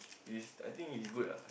it's I think it's good ah